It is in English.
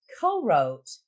co-wrote